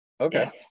Okay